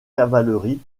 cavalerie